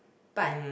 but